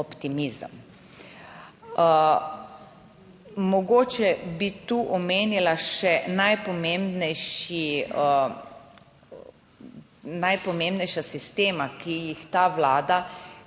Mogoče bi tu omenila še najpomembnejša sistema, ki ju ta Vlada